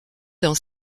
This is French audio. dans